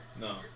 No